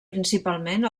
principalment